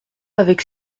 avec